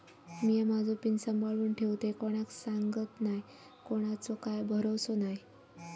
मिया माझो पिन सांभाळुन ठेवतय कोणाक सांगत नाय कोणाचो काय भरवसो नाय